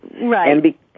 right